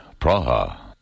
Praha